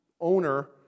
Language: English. owner